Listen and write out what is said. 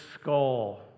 skull